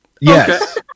Yes